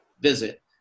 visit